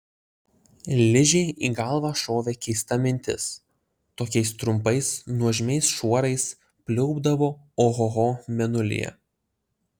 ližei į galvą šovė keista mintis tokiais trumpais nuožmiais šuorais pliaupdavo ohoho mėnulyje